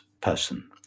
person